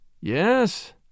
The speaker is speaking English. Yes